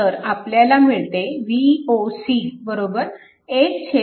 तर आपल्याला मिळते Voc 13V